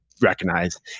recognize